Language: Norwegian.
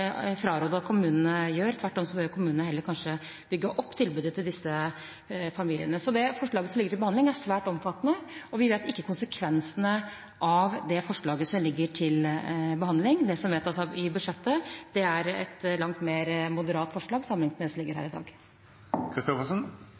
fraråde at kommunene gjør. Tvert om bør kommunene kanskje heller bygge opp tilbudet til disse familiene. Det forslaget som ligger til behandling, er svært omfattende, og vi kjenner ikke konsekvensene av det. Det som vedtas i forbindelse med budsjettet, er et langt mer moderat forslag sammenlignet med det som foreligger her